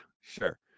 sure